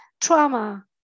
trauma